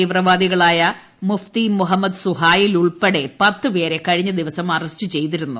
തീവ്രവാദികളായ മുഫ്തി മുഹമ്മദ് സുഹൈൽ ഉൾപ്പെടെ പത്ത് പേരെ കഴിഞ്ഞ ദിവസം അറസ്റ്റ് ചെയ്തിരുന്നു